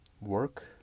work